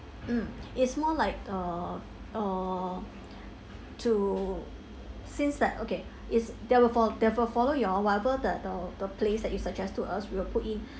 mm it's more like uh uh to since that okay is they will fo~ they will follow y'all whatever the the place that you suggest to us we will put in